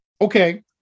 okay